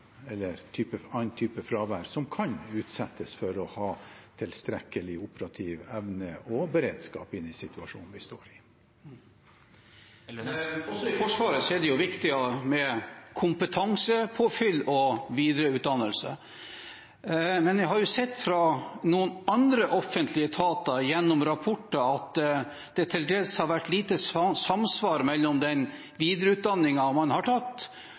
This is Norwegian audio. fravær som kan utsettes, for å ha tilstrekkelig operativ evne og beredskap i den situasjonen vi står i. Også i Forsvaret er det viktig med kompetansepåfyll og videreutdannelse. Men jeg har sett fra noen andre offentlige etater gjennom rapporter at det til dels har vært lite samsvar mellom den videreutdanningen man har tatt,